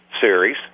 series